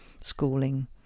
schooling